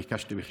ביקשתי בכתב.